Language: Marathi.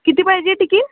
किती पाहिजे टिकीट